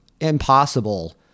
impossible